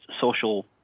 social